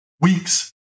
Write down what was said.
weeks